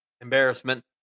embarrassment